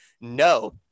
no